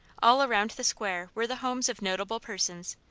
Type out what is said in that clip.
all around the square were the homes of notable persons,